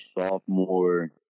sophomore